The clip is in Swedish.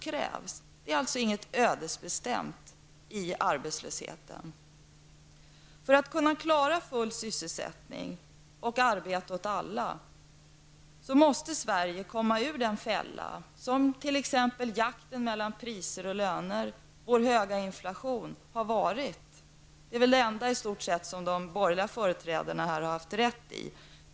Det ligger alltså inte något ödesbestämt i arbetslösheten. För att kunna klara full sysselsättning och arbete åt alla måste Sverige komma ur den fälla som t.ex. jakten mellan priser och löner, vår höga inflation, har varit. Detta är väl i stort sett det enda som de borgerliga företrädarna har haft rätt i.